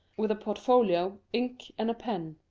with a portfolio, ink, and a pen.